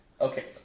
Okay